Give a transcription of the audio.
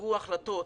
עברו החלטות,